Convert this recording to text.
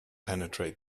penetrate